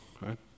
right